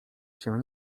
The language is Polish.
się